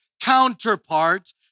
counterpart